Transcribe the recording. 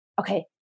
okay